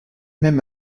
même